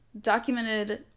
documented